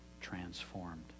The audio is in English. transformed